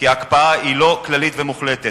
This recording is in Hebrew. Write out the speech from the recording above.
כי ההקפאה היא לא כללית ומוחלטת.